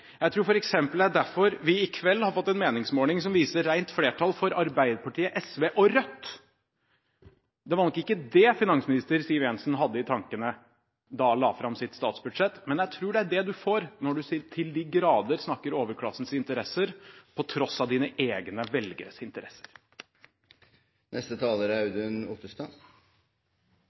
Jeg tror f.eks. det er derfor vi i kveld har fått en meningsmåling som viser rent flertall for Arbeiderpartiet, SV og Rødt. Det var nok ikke det finansminister Siv Jensen hadde i tankene da hun la fram sitt statsbudsjett, men jeg tror det er det man får når man til de grader snakker overklassens interesser på tross av dine egne velgeres interesser. Det er